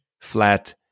flat